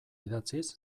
idatziz